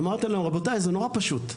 אמרתי להם, רבותי, זה נורא פשוט.